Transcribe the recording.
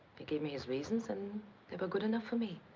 he gave me his reasons, and they were good enough for me.